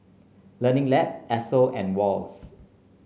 Learning Lab Esso and Wall's